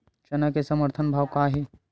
चना के समर्थन भाव का हे?